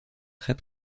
très